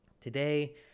today